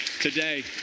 today